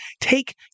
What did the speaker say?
take